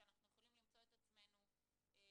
שאנחנו יכולים למצוא את עצמנו יום,